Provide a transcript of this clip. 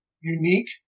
unique